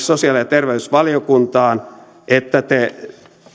sosiaali ja terveysvaliokuntaan että te